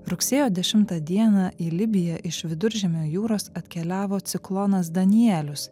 rugsėjo dešimtą dieną į libiją iš viduržemio jūros atkeliavo ciklonas danielius